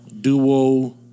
Duo